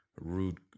rude